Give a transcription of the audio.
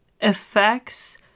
effects